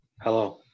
Hello